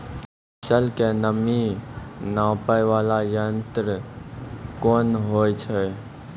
फसल के नमी नापैय वाला यंत्र कोन होय छै